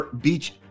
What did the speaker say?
beach